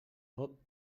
hop